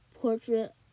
portrait